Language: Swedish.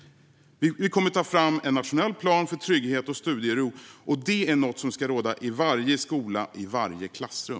Vi kommer att ta fram en nationell plan för trygghet och studiero, för det är något som ska råda på varje skola och i varje klassrum.